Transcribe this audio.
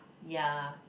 ya